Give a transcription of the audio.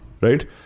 Right